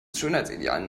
schönheitsidealen